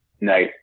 nice